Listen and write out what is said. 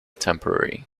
temporary